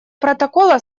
протокола